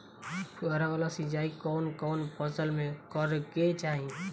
फुहारा वाला सिंचाई कवन कवन फसल में करके चाही?